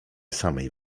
samej